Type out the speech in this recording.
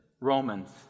Romans